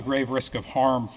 the grave risk of harm